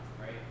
right